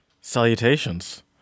Salutations